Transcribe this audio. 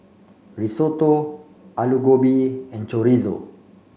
Risotto Alu Gobi and Chorizo